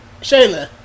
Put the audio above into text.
Shayla